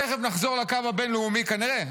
תכף נחזור לקו הבין-לאומי, כנראה.